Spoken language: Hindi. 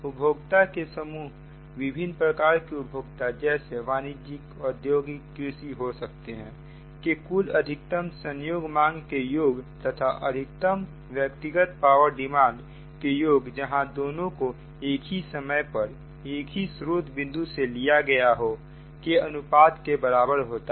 उपभोक्ताओं के समूहविभिन्न प्रकार के उपभोक्ताओं जैसे वाणिज्यिक औद्योगिक कृषि हो सकती है के कुल अधिकतम संयोग मांग के योग तथा अधिकतम व्यक्तिगत पावर डिमांड के योग जहां दोनों को एक ही समय पर एक ही स्रोत बिंदु से लिया गया हो के अनुपात के बराबर होता है